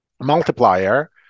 multiplier